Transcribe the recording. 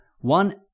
one